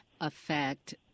affect